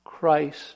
Christ